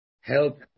help